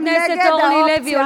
חברת הכנסת אורלי לוי,